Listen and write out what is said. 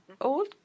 old